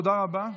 תודה רבה,